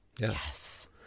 Yes